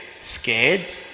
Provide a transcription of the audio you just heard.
Scared